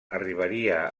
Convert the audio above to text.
arribaria